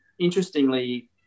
Interestingly